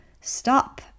stop